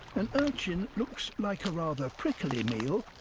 an urchin looks like a rather prickly meal,